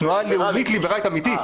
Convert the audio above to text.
תנועה לאומית-ליברלית אמיתית.